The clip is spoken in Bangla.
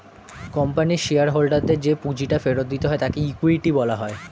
কোম্পানির শেয়ার হোল্ডারদের যে পুঁজিটা ফেরত দিতে হয় তাকে ইকুইটি বলা হয়